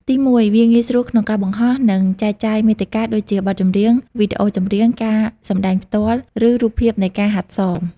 ទីមួយ វាងាយស្រួលក្នុងការបង្ហោះ និងចែកចាយមាតិកាដូចជាបទចម្រៀង វីដេអូចម្រៀង ការសម្ដែងផ្ទាល់ ឬរូបភាពនៃការហាត់សម។